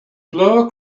blow